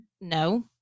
No